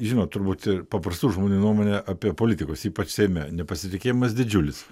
žinot turbūt ir paprastų žmonių nuomonę apie politikus ypač seime nepasitikėjimas didžiulis